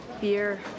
Beer